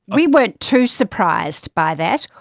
we weren't too surprised by that,